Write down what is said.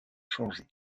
changé